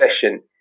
session